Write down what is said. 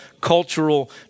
cultural